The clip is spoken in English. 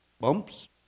bumps